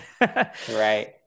right